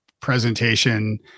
presentation